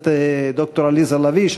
הכנסת ד"ר עליזה לביא,